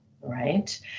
right